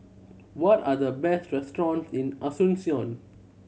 what are the best restaurant in Asuncion